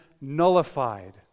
nullified